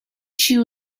you